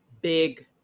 big